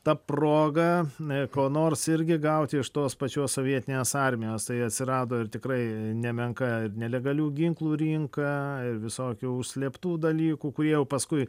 ta proga e ko nors irgi gauti iš tos pačios sovietinės armijos tai atsirado ir tikrai nemenka ir nelegalių ginklų rinka ir visokių užslėptų dalykų kurie paskui